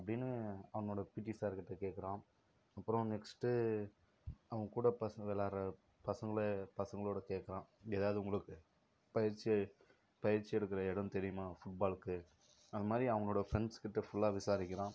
அப்படின்னு அவனோட பிடி சார்கிட்ட கேட்குறான் அப்புறம் நெக்ஸ்ட்டு அவன் கூட பசங்க விளையாடுகிற பசங்களை பசங்களோட கேட்குறான் ஏதாவது உங்களுக்கு பயிற்சி பயிற்சி எடுக்கிற இடம் தெரியுமா ஃபுட்பாலுக்கு அந்தமாதிரி அவனோடய ஃப்ரெண்ட்ஸ்கிட்ட ஃபுல்லா விசாரிக்கிறான்